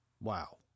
Wow